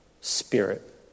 spirit